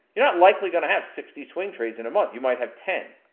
you're not likely gonna have sixty swing trades in a month. you might have ten,